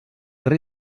rei